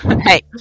Hey